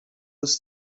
ist